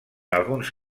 alguns